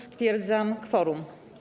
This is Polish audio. Stwierdzam kworum.